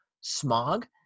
smog